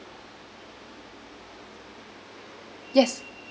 yes